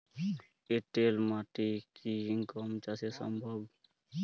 এঁটেল মাটিতে কি গম চাষ সম্ভব?